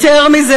יותר מזה,